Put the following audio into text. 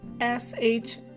S-H